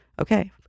okay